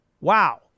wow